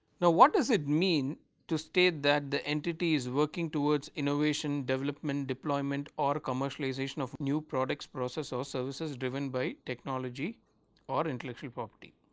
now what does it mean to say that the entity is working towards innovation development deployment or commercialization of new products processor or service is driven by technology or intellectual property,